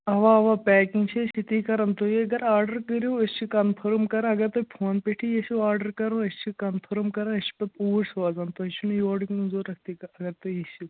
اَوا اَوا پیٚکِنٛگ چھِ أسۍ تٔتی کَران تُہۍ اگر آرڈَر کَرِو أسۍ چھِ کَنفٲرٕم کَران اگر تُہۍ فونہٕ پیٚٹھی ییٚژھِو آرڈَر کَران أسۍ چھِ کَنفٲرٕم کَران أسۍ چھِ پَتہٕ پوٗشۍ سوزان تۄہہِ چھُنہٕ یور یِنُک ضروٗرت تہِ ییٚژھِو